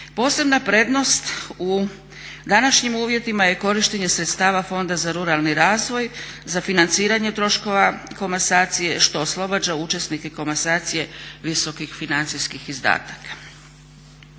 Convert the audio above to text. Posebna prednost u današnjim uvjetima je korištenje sredstava Fonda za ruralni razvoj za financiranje troškova komasacije što oslobađa učesnike komasacije visokih financijskih izdataka.